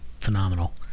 phenomenal